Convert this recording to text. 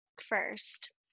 first